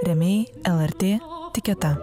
rėmėjai lrt tiketa